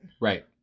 right